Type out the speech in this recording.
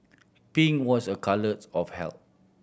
pink was a colours of health